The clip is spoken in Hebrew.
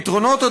הפתרונות,